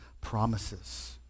promises